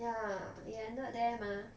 yeah it ended there mah